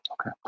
Okay